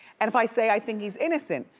and if i say i think he's innocent,